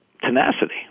tenacity